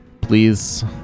Please